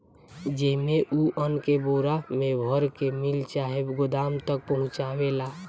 जेइमे, उ अन्न के बोरा मे भर के मिल चाहे गोदाम तक पहुचावेला